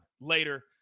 later